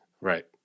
Right